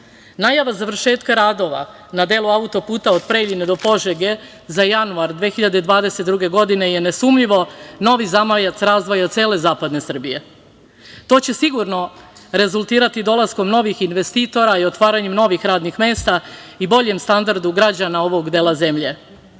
Najava završetka radova na delu auto-puta od Preljine do Požege za januar 2022. godine je nesumnjivo novi zamajac razvoja cele zapadne Srbije. To će sigurno rezultirati razvojem novih investitora i otvaranjem novih radnih mesta i boljem standardu građana ovog dela